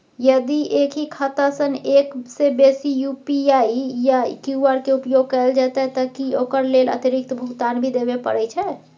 यदि एक ही खाता सं एक से बेसी यु.पी.आई या क्यू.आर के उपयोग कैल जेतै त की ओकर लेल अतिरिक्त भुगतान भी देबै परै छै?